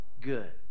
good